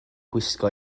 gwisgo